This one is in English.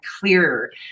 clearer